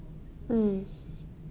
mm